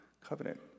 covenant